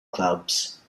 clubs